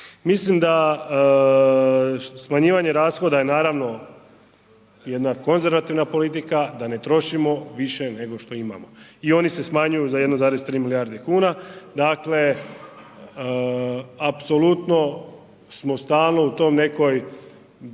Mislim da smanjivanje rashoda je naravno, jedna konzervativna politika, da ne trošimo više nego što imamo i oni se smanjuju za 1,3 milijuna kuna, dakle, apsolutno smo stalnu u toj nekoj,